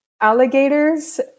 alligators